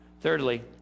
Thirdly